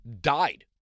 died